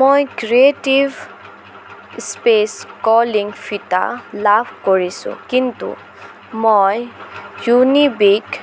মই creative space calling ফিতা লাভ কৰিছোঁ কিন্তু মই ইউনিবিক